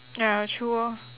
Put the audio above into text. ya true orh